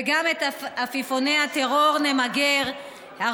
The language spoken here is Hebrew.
וגם את עפיפוני הטרור נמגר, תודה.